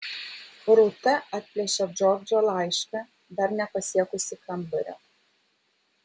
rūta atplėšė džordžo laišką dar nepasiekusi kambario